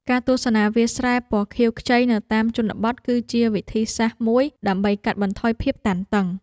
ការទស្សនាវាលស្រែពណ៌ខៀវខ្ចីនៅតាមជនបទ គឺជាវិធីសាស្ត្រមួយដើម្បីកាត់បន្ថយភាពតានតឹង។